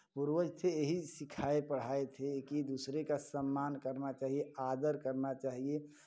पूर्वज थे यही सिखाए पढ़ाए थे कि दूसरे का सम्मान करना चाहिए आदर करना चाहिए